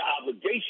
obligation